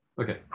Okay